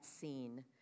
scene